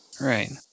Right